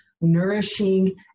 nourishing